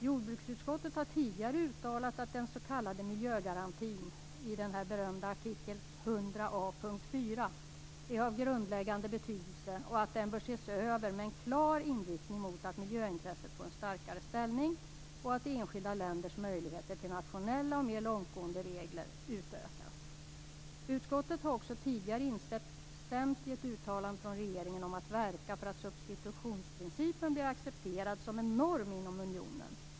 Jordbruksutskottet har tidigare uttalat att den s.k. miljögarantin i den berömda artikeln 100a.4 är av grundläggande betydelse och att den bör ses över med en klar inriktning mot att miljöintresset får en starkare ställning och att enskilda länders möjligheter till nationella och mera långtgående regler utökas. Utskottet har också tidigare instämt i ett uttalande från regeringen om att verka för att substitutionsprincipen blir accepterad som norm inom unionen.